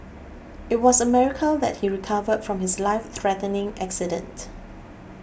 it was a miracle that he recovered from his life threatening accident